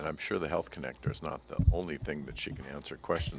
and i'm sure the health connector is not the only thing that she can answer question